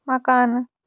مکانہٕ